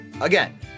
Again